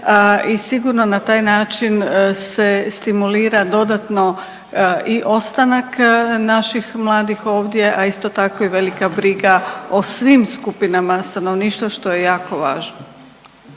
sigurno na taj način se stimulira dodatno i ostanak naših mladih ovdje, a isto tako i velika briga o svim skupinama stanovništva što je jako važno.